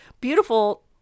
beautiful